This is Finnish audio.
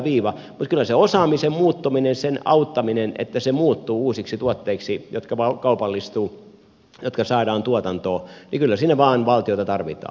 mutta kyllä siinä osaamisen muuttumisessa sen auttamisessa että se muuttuu uusiksi tuotteiksi jotka kaupallistuvat jotka saadaan tuotantoon vain valtiota tarvitaan